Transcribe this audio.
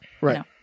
right